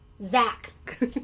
Zach